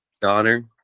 daughter